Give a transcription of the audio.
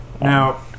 Now